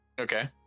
Okay